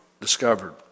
discovered